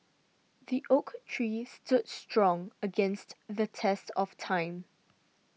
the oak tree stood strong against the test of time